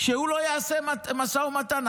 שהוא לא יעשה משא ומתן,